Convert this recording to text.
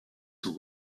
sont